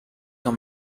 dans